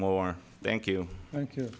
more thank you thank you